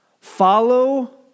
Follow